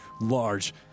large